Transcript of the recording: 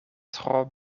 tro